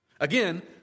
again